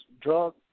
drug